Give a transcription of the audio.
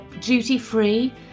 duty-free